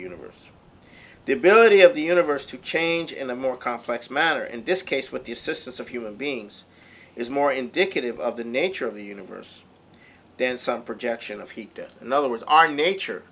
universe the ability of the universe to change in a more complex matter in this case with the assistance of human beings is more indicative of the nature of the universe than some projection of people in other words our nature